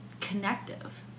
connective